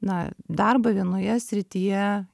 na darbą vienoje srityje